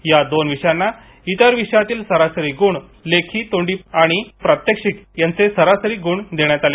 या दोन विषयांना इतर विषयातील सरासरी गुण आणि लेखी तोंडी प्रात्यक्षिक यांचे सरासरीचे गुण देण्यात आले